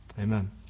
Amen